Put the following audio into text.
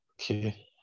Okay